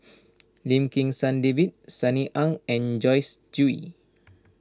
Lim Kim San David Sunny Ang and Joyce Jue